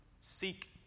seek